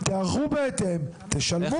תיערכו בהתאם ותשלמו.